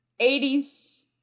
80s